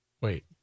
Wait